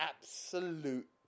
absolute